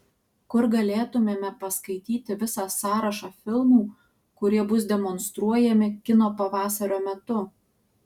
kur galėtumėme paskaityti visą sąrašą filmų kurie bus demonstruojami kino pavasario metu